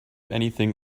anything